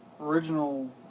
original